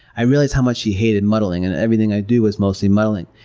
i realized how much he hated muddling and everything i do is mostly muddling.